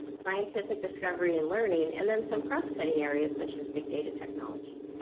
scientific discovery and learning and then some cross-cutting areas such as big data technology.